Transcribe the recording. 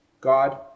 God